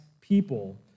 people